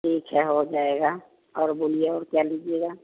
ठीक है हो जाएगा और बोलिए और क्या लीजिएगा